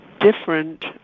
different